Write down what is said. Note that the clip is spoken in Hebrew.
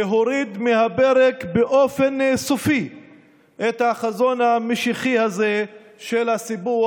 להוריד מהפרק באופן סופי את החזון המשיחי הזה של הסיפוח,